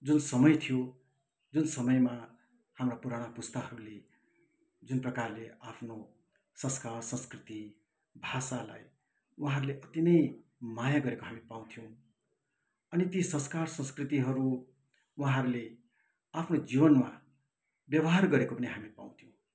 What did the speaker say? जुन समय थियो जुन समयमा हाम्रा पुरानो पुस्ताहरूले जुन प्रकारले आफ्नो संस्कार संस्कृति भाषालाई उहाँहरूले अति नै माया गरेको हामी पाउँथ्यौँ अनि ति संस्कार संस्कृतिहरू उहाँहरूले आफ्नो जिवनमा व्यवहार गरेको पनि हामी पाउँथ्यौँ